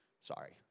Sorry